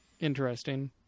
interesting